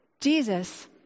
Jesus